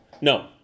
No